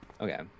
Okay